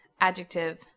adjective